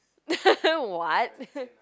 what